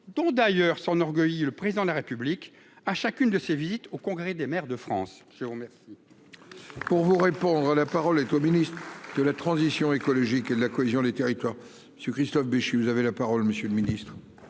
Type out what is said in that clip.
dont d'ailleurs, s'enorgueillit le président de la République à chacune de ses visites au congrès des maires de France. Jérôme